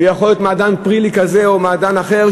ויכול להיות מעדן "פרילי" או מעדן אחר,